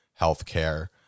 healthcare